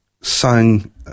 sang